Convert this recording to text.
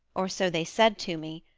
or so they said to me,